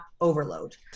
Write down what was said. overload